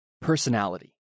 personality